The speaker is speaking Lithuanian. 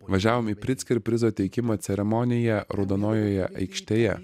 važiavom į pricker prizo teikimo ceremoniją raudonojoje aikštėje